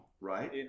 Right